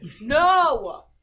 No